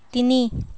তিনি